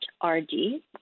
R-D